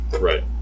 Right